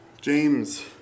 James